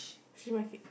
market